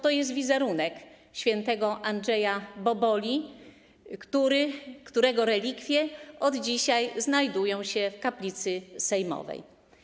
To jest wizerunek św. Andrzeja Boboli, którego relikwie od dzisiaj znajdują się w kaplicy sejmowej.